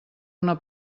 una